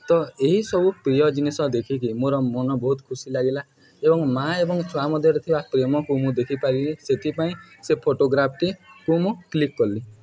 ତ ଏହିସବୁ ପ୍ରିୟ ଜିନିଷ ଦେଖିକି ମୋର ମନ ବହୁତ ଖୁସି ଲାଗିଲା ଏବଂ ମା' ଏବଂ ଛୁଆ ମଧ୍ୟରେ ଥିବା ପ୍ରେମକୁ ମୁଁ ଦେଖିପାରିଲି ସେଥିପାଇଁ ସେ ଫଟୋଗ୍ରାଫ୍ଟିକୁ ମୁଁ କ୍ଲିକ୍ କଲି